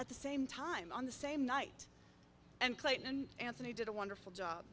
at the same time on the same night and clayton anthony did a wonderful job